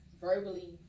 verbally